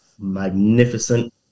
magnificent